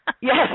Yes